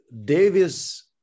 Davis